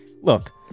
Look